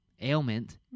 ailment